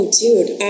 dude